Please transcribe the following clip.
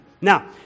Now